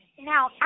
now